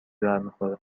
برمیخوره